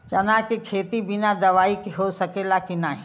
चना के खेती बिना दवाई के हो सकेला की नाही?